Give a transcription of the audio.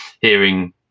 hearing